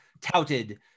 touted